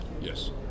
Yes